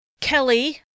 Kelly